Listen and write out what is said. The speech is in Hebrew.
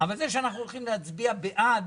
אבל זה שאנחנו הולכים להצביע בעד,